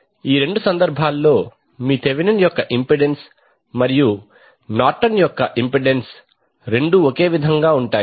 ఈ రెండు సందర్భాల్లో మీ థెవెనిన్ యొక్క ఇంపెడెన్స్ మరియు నార్టన్ యొక్క ఇంపెడెన్స్ రెండూ ఒకే విధంగా ఉంటాయి